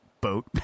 boat